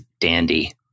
dandy